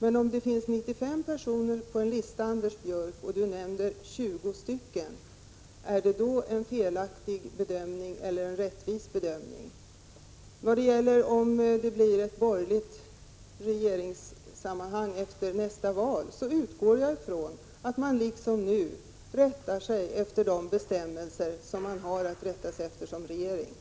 Men om Anders Björck av 95 personer på en lista nämner 20, är detta då en felaktig bedömning eller en rättvis bedömning? Om det skulle bli en borgerlig regering efter nästa val, utgår jag från att den nya regeringen liksom den nuvarande rättar sig efter de bestämmelser som finns.